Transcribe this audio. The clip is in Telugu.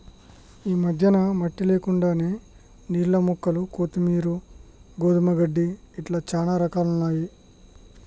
ఈ మధ్యన మట్టి లేకుండానే నీళ్లల్ల మొక్కలు కొత్తిమీరు, గోధుమ గడ్డి ఇట్లా చానా రకాలున్నయ్యి